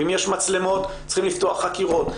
אם יש מצלמות, צריך לפתוח חקירות.